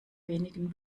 wenigen